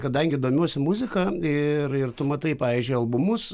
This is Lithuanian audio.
kadangi domiuosi muzika ir ir tu matai pavyzdžiui albumus